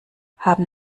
haben